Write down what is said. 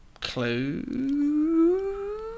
clue